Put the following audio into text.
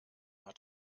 hat